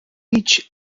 each